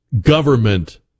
Government